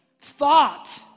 thought